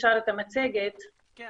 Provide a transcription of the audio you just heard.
ניתן